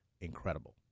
incredible